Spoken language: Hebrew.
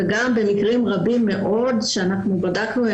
במקרים רבים מאוד שאנחנו בדקנו,